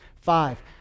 Five